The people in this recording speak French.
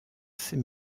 ses